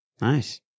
Nice